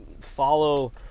follow